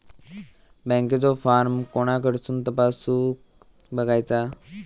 बँकेचो फार्म कोणाकडसून तपासूच बगायचा?